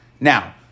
Now